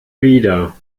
wieder